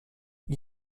ils